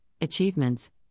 achievements